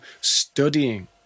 studying